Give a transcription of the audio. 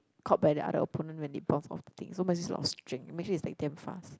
caught by the other opponent when it bounce off the thing so must use a lot of strength imagine its like damn fast